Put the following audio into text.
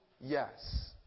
Yes